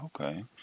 okay